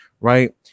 Right